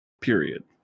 period